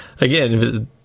again